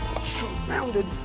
surrounded